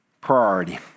priority